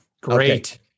Great